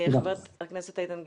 חבר הכנסת איתן גינזבורג.